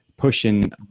pushing